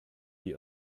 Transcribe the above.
die